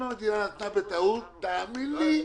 אם המדינה נתנה בטעות, תאמין לי,